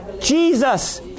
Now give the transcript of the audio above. Jesus